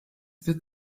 wird